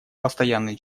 постоянные